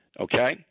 Okay